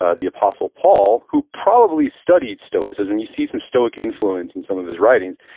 ah the apostle paul, who probably studied stoicism, you see some stoic influence in some of his writings.